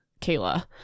Kayla